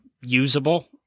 usable